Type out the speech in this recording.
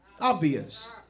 obvious